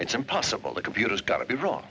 it's impossible the computers got to be wrong